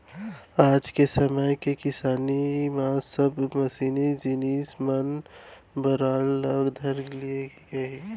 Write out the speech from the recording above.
आज के समे के किसानी म सब मसीनी जिनिस मन बउराय ल धर लिये हें